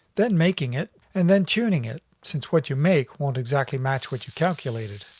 then making it, and then tuning it since what you make won't exactly match what you calculated.